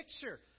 picture